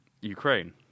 Ukraine